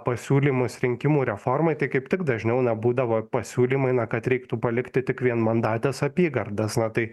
pasiūlymus rinkimų reformai tik kaip tik dažniau na būdavo pasiūlymai na kad reiktų palikti tik vienmandates apygardas na tai